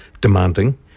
demanding